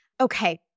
Okay